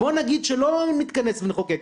בוא נגיד שלא נתכנס ונחוקק,